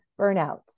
Burnout